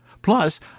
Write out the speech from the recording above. Plus